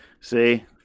See